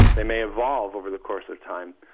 they may evolve over the course of time,